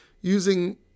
using